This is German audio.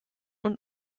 und